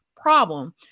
problem